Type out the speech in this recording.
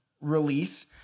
release